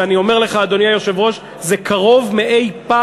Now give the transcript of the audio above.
ואני אומר לך, אדוני היושב-ראש, זה קרוב מאי-פעם.